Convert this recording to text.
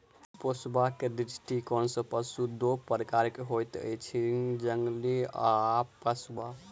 पोसबाक दृष्टिकोण सॅ पशु दू प्रकारक होइत अछि, जंगली आ पोसुआ